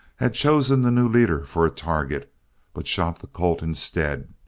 had chosen the new leader for a target but shot the colt instead.